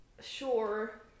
Sure